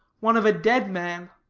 one of a dead man.